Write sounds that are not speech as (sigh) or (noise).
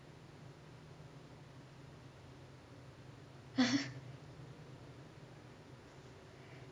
(laughs)